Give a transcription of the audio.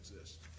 exist